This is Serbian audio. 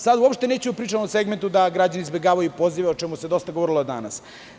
Sada uopšte neću da pričam o segmentu da građani izbegavaju pozive, o čemu se dosta govorilo danas.